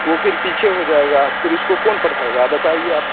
वह फिर पीछे हो जाएगा फिर उसको कौन पढ़ाएगा आप बताइए आप